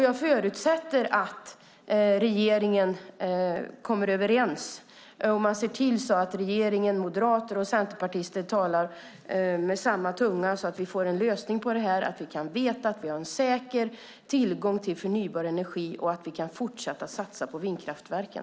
Jag förutsätter att regeringen kommer överens och ser till att moderater och centerpartister talar med samma tunga så att vi får en lösning på detta och kan veta att vi har säker tillgång till förnybar energi och kan fortsätta att satsa på vindkraftverken.